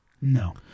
No